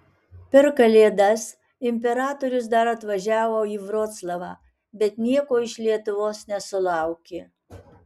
per kalėdas imperatorius dar atvažiavo į vroclavą bet nieko iš lietuvos nesulaukė